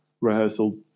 rehearsal